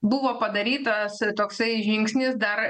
buvo padarytas toksai žingsnis dar